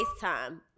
FaceTime